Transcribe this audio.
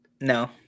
No